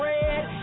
Red